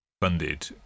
funded